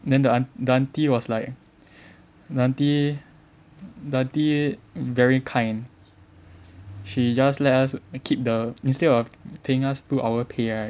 then the aunty the aunty was like the aunty the aunty very kind she just let us keep the instead of paying us two hour pay right